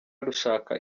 rushaka